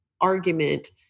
argument